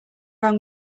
wrong